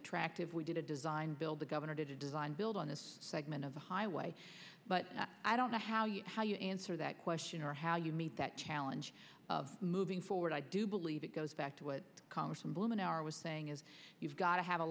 attractive we did a design build the governor did a design build on this segment of the highway but i don't know how you how you answer that question or how you meet that challenge of moving forward i do believe it goes back to what congressman blumenauer was saying is you've got to have a